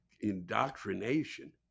Indoctrination